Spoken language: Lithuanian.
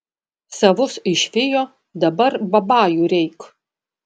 savus išvijo dabar babajų reik